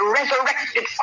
resurrected